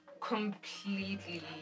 completely